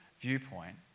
viewpoint